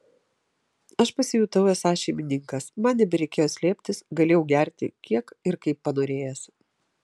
aš pasijutau esąs šeimininkas man nebereikėjo slėptis galėjau gerti kiek ir kaip panorėjęs